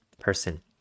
person